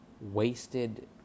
wasted